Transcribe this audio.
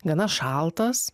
gana šaltas